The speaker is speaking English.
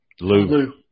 Lou